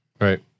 Right